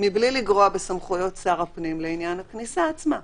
מבלי לגרוע בסמכויות שר הפנים לעניין הכניסה עצמה.